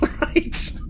Right